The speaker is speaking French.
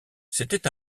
c’était